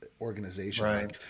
organization